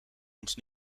ons